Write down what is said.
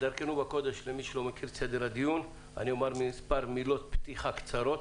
כדרכנו בקודש אני אומר מספר מילות פתיחה קצרות,